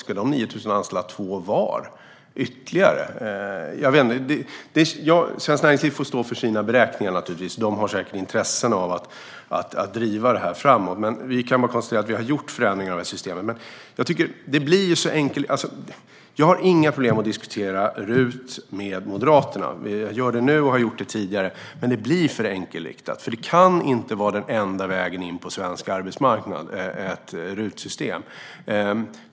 Ska de 9 000 anställa två var ytterligare? Svenskt Näringsliv får naturligtvis stå för sina beräkningar; de har säkert intresse av att driva detta framåt. Men vi kan bara konstatera att vi har gjort förändringar av systemet. Jag har inga problem med att diskutera RUT med Moderaterna. Jag gör det nu och har gjort det tidigare. Men det blir för enkelriktat, för ett RUT-system kan inte vara den enda vägen in på svensk arbetsmarknad.